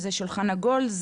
זה שולחן עגול?